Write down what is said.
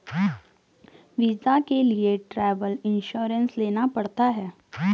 visa के लिए travel insurance लेना पड़ता है